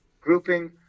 grouping